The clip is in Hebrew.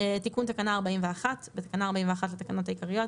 טל פוקס) "תיקון תקנה 41 4. בתקנה 41 לתקנות העיקריות,